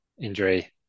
injury